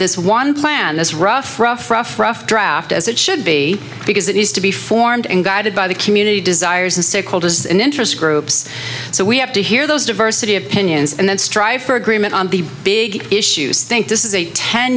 this one plan this rough rough rough rough draft as it should be because it needs to be formed and guided by the community desires and stakeholders in interest groups so we have to hear those diversity of opinions and then strive for agreement on the big issues think this is a ten